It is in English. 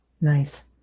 Nice